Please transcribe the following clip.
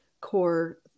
core